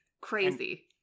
crazy